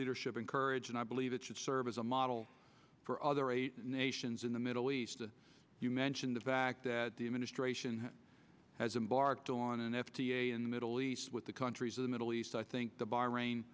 leadership and courage and i believe it should serve as a model for other eight nations in the middle east you mention the fact that the administration has embarked on an f d a in the middle east with the countries of the middle east i think the bahrain